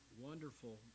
wonderful